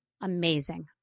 amazing